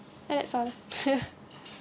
that's all